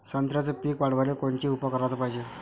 संत्र्याचं पीक वाढवाले कोनचे उपाव कराच पायजे?